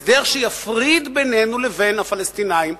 הסדר שיפריד בינינו לבין הפלסטינים,